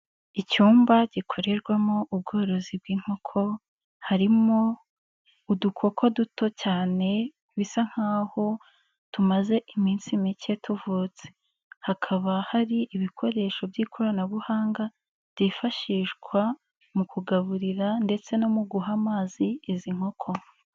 Icyumba gikorerwamo ubworozi bw'inkoko harimo udukoko duto cyane bisa nk'aho tumaze iminsi mike tuvutse, hakaba hari ibikoresho by'ikoranabuhanga byifashishwa mu kugaburira ndetse no mu guha amazi izi nkoko.